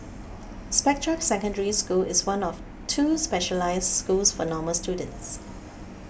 Spectra Secondary School is one of two specialised schools for normal students